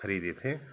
खरीदे थे